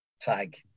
tag